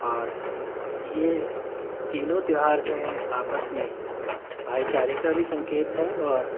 اور یہ تینوں تیوہار جو ہیں آپس میں بھائی چارے کا بھی سنکیت ہے اور